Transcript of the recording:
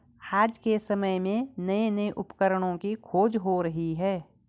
आज के समय में नये नये उपकरणों की खोज हो रही है